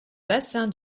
bassin